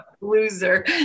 Loser